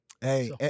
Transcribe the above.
Hey